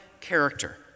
character